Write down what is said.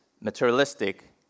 materialistic